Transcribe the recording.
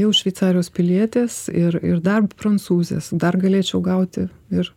jau šveicarijos pilietės ir ir dar prancūzės dar galėčiau gauti ir